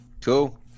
Cool